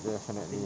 definitely